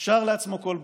שר לעצמו כל בוקר.